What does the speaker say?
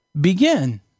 begin